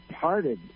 parted